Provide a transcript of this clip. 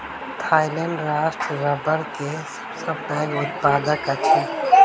Thailand राष्ट्र रबड़ के सबसे पैघ उत्पादक अछि